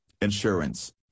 insurance